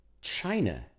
China